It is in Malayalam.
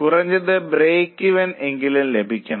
കുറഞ്ഞത് ബ്രേക്ക് ഇവൻ എങ്കിലും ലഭിക്കണം